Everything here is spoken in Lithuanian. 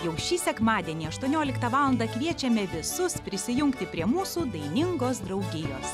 jau šį sekmadienį aštuonioliktą valandą kviečiame visus prisijungti prie mūsų dainingos draugijos